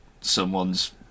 someone's